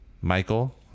Michael